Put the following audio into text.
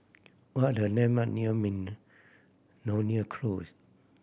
what are the landmark near Miltonia Close